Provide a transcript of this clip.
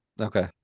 Okay